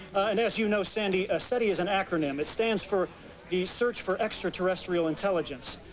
and as you know, seti ah seti is an acronym. it stands for the search for extraterrestrial intelligence.